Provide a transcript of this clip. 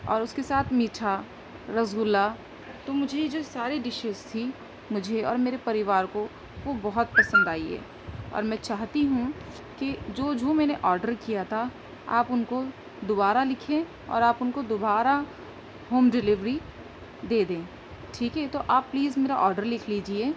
اور اس کے ساتھ میٹھا رسگلا تو مجھے جو ساری ڈشز تھی مجھے اور میرے پریوار کو وہ بہت پسند آئی ہے اور میں چاہتی ہوں کہ جو جو میں نے آڈر کیا تھا آپ ان کو دوبارہ لکھیے اور آپ ان کو دوبارہ ہوم ڈیلیوری دے دیں ٹھیک ہے تو آپ پلیز میرا آڈر لکھ لیجیے